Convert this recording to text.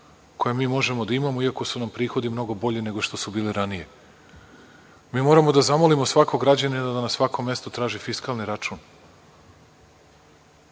koje mi možemo da imamo, iako su nam prihodi mnogo bolji nego što su bili ranije. Mi moramo da zamolimo svakog građanina da na svakom mestu traži fiskalni račun.